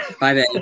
bye